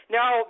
Now